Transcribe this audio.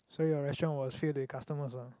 so your restaurant will fill that customer lah